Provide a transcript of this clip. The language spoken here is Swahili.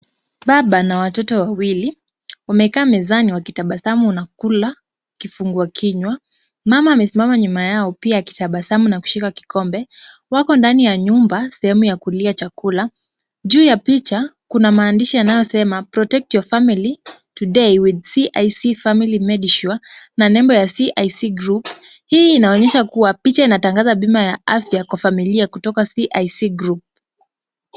Baba na watoto wawili wamekaa mezani na kutabasamu wakikula kifungua kinywa. Mama amesimama nyuma yao pia akitabasamu na kushika kikombe. Wako ndani ya nyumba sehemu ya kulia chakula. Juu ya picha kuna maandishi yanayosema protect your family today with CIC medisure na nembo ya CIC group . Hii inamaanisha kuwa picha inatangaza bima ya familia kutoka CIC group .